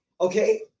Okay